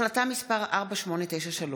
החלטה מס' 4893,